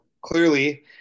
clearly